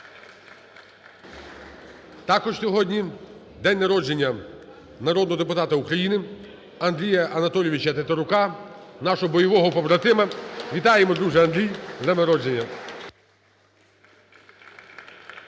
Також сьогодні день народження народного депутата України Андрія Анатолійовича Тетерука, нашого бойового побратима. Вітаємо, друже Андрій, з днем народження!